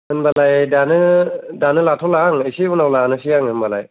होनबालाय दानो दानो लाथ'ला आं इसे उनाव लानोसै आं होमबालाय